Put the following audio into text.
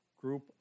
group